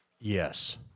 Yes